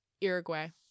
Uruguay